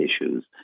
issues